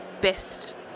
best